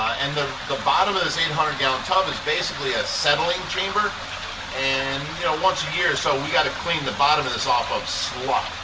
and the the bottom of this eight hundred gallon tub is basically a settling chamber and you know once a year or so we got to clean the bottom of this off of slump.